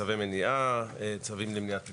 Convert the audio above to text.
צווי מניעה, צווים למניעת פיטורים,